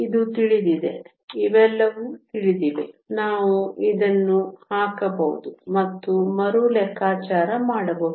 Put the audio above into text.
ಇದು ತಿಳಿದಿದೆ ಇವೆಲ್ಲವೂ ತಿಳಿದಿವೆ ನಾವು ಇದನ್ನು ಹಾಕಬಹುದು ಮತ್ತು ಮರು ಲೆಕ್ಕಾಚಾರ ಮಾಡಬಹುದು